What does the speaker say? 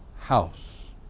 house